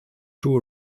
two